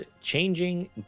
changing